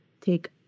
take